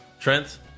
Trent